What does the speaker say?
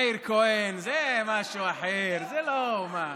מאיר כהן זה משהו אחר, זה לא, מה.